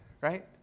right